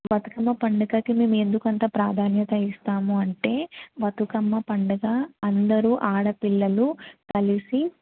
బతుకమ్మ పండగకి మేము ఎందుకంత ప్రాధాన్యత ఇస్తాము అంటే బతుకమ్మ పండుగ అందరూ ఆడపిల్లలు కలిసి